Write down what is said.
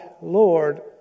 Lord